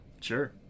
Sure